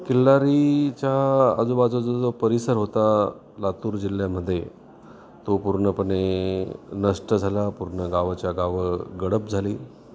किल्लारीच्या आजूबाजूचा जो परिसर होता लातूर जिल्ह्यामधे तो पूर्णपणे नष्ट झाला पूर्ण गावाच्या गावं गडप झाली